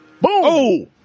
Boom